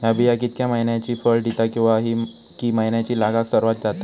हया बिया कितक्या मैन्यानी फळ दिता कीवा की मैन्यानी लागाक सर्वात जाता?